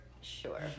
sure